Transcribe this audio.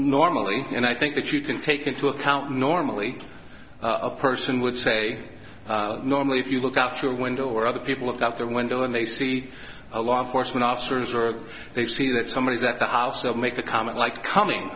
normally and i think that you can take into account normally a person would say normally if you look out your window or other people look out the window and they see a law enforcement officers or they see that somebody is at the house or make a comment like coming